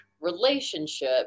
relationship